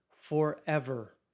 forever